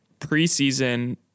preseason